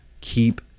Keep